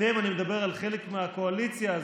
אני מדבר על חלק מהקואליציה הזאת,